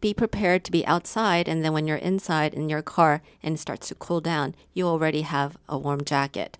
be prepared to be outside and then when you're inside in your car and start to cool down you already have a warm jacket